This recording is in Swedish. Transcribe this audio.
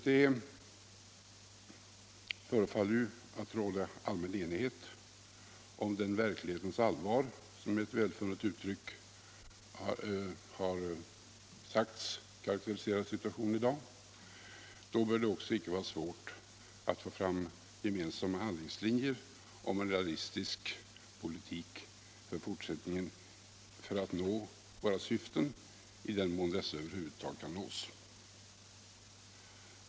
Det förefaller råda allmän enighet om det verklighetens allvar som, med ett välfunnet uttryck, har sagts karakterisera situationen i dag. Då bör det icke heller vara svårt att få fram gemensamma handlingslinjer för en realistisk politik i fortsättningen för att nå våra syften, i den mån dessa över huvud taget kan realiseras.